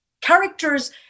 characters